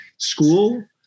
school